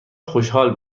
خوشحال